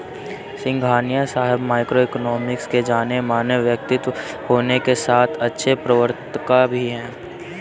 सिंघानिया साहब micro economics के जानेमाने व्यक्तित्व होने के साथ अच्छे प्रवक्ता भी है